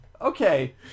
Okay